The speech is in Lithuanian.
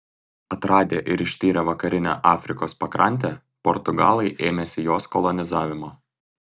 atradę ir ištyrę vakarinę afrikos pakrantę portugalai ėmėsi jos kolonizavimo